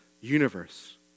universe